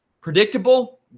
Predictable